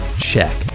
check